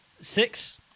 six